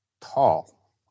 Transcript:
tall